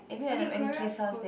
okay Korea kor~